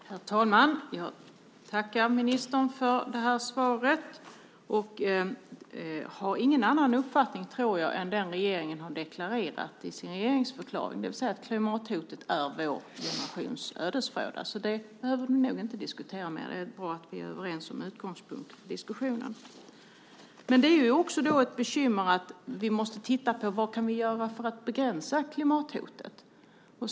Herr talman! Jag tackar ministern för svaret. Jag har nog ingen annan uppfattning än den som regeringen har deklarerat i sin regeringsförklaring, det vill säga att klimathotet är vår generations ödesfråga. Det behöver vi nog inte diskutera mer. Det är bra att vi är överens om utgångspunkten för diskussionen. Ett bekymmer som vi måste titta på är vad vi kan göra för att begränsa klimathotet.